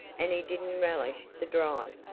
and he didn't relish the drive.